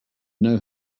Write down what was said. know